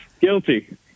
Guilty